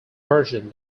version